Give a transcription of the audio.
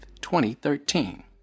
2013